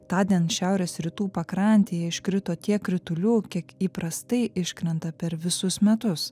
tądien šiaurės rytų pakrantėje iškrito tiek kritulių kiek įprastai iškrenta per visus metus